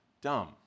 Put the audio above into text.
dumb